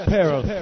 Peril